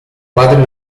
padre